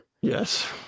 Yes